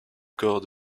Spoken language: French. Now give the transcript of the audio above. corps